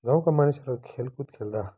गाउँका मानिसहरू खेलकुद खेल्दा